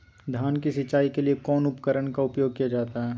धान की सिंचाई के लिए कौन उपकरण का उपयोग किया जाता है?